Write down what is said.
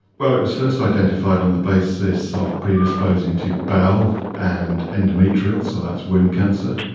well, it was first identified on the basis of predisposing to bowel and endometrial, so that's womb cancer.